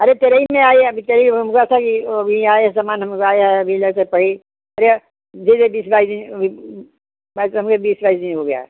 अरे तरी में आई है अभी तरी अभी आए हैं सामान मगाया है अभी लड़के पर ही अरे बीस बाईस दिन अभी हमारे तरफ़ से बीस बाईस दिन हो गया है